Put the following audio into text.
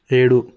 ఏడు